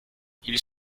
ils